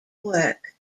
work